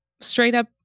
straight-up